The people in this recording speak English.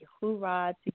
hoorah